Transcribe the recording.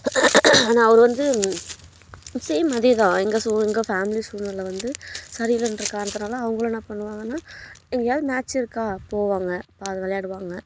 ஆனால் அவர் வந்து சேம் அதே தான் எங்கள் சூழ் எங்கள் ஃபேமிலி சூழ்நிலை வந்து சரியில்லைன்ற காரணத்துனால் அவங்களும் என்ன பண்ணுவாங்கனால் எங்கேயாவது மேட்ச் இருக்கா போவாங்க அப்போ அதை விளையாடுவாங்க